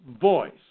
voice